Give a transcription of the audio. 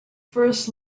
first